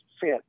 fit